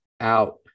out